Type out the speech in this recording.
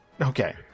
Okay